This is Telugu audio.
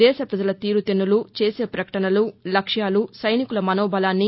దేశ ప్రజల తీరుతెన్నులు చేసే పకటసలు లక్ష్యాలు సైనికుల మనోబలాన్ని